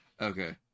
Okay